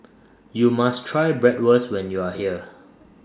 YOU must Try Bratwurst when YOU Are here